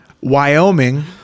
Wyoming